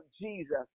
Jesus